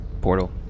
portal